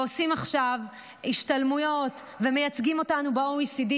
ועושים עכשיו השתלמויות ומייצגים אותנו ב-OECD.